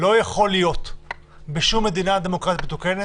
לא יכול להיות בשום מדינה דמוקרטית מתוקנת,